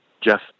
Jeff